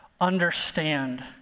understand